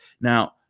Now